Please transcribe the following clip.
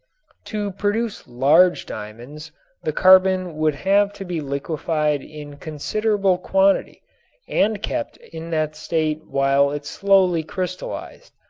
to produce large diamonds the carbon would have to be liquefied in considerable quantity and kept in that state while it slowly crystallized.